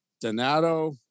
Donato